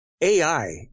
AI